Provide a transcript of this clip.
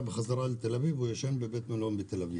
חזרה לתל-אביב וישן במלון בתל-אביב.